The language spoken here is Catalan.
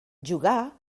jugà